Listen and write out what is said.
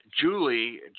Julie